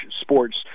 sports